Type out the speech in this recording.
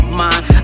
mind